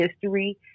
history